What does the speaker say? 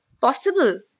possible